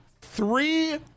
three